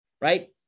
right